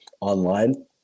online